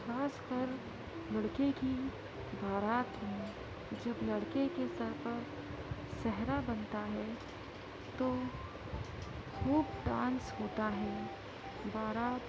خاص کر لڑکے کی بارات میں جب لڑکے کے سر پر سہرا بندھتا ہے تو خوب ڈانس ہوتا ہے بارات